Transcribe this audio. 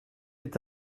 est